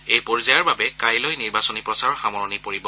এই পৰ্য্যায়ৰ বাবে কাইলৈ নিৰ্বাচনী প্ৰচাৰৰ সামৰণি পৰিব